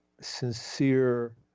sincere